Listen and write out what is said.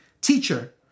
Teacher